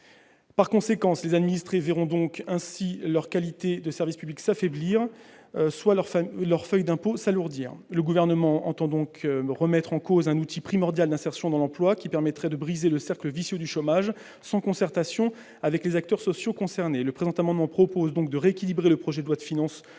Par conséquent, les administrés verront, soit la qualité du service public s'affaiblir, soit leur feuille d'impôt s'alourdir. Le Gouvernement entend remettre en cause un outil primordial d'insertion dans l'emploi qui permettait de briser le cercle vicieux du chômage, sans concertation avec les acteurs sociaux concernés. Le présent amendement vise donc à rééquilibrer un projet de loi de finances